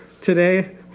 today